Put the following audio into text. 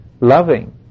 loving